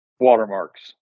watermarks